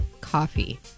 Coffee